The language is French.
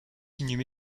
inhumé